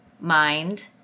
mind